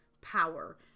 power